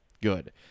Good